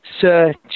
search